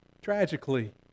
tragically